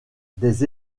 des